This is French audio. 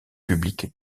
publique